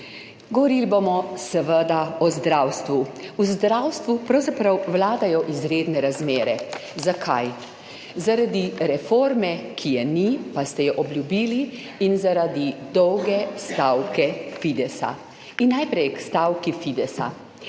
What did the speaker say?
Govorili bomo seveda o zdravstvu. V zdravstvu pravzaprav vladajo izredne razmere. Zakaj? Zaradi reforme, ki je ni, pa ste jo obljubili, in zaradi dolge stavke Fidesa. Najprej k stavki Fidesa.